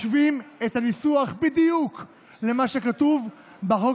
משווים את הניסוח בדיוק למה שכתוב בחוק